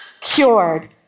Cured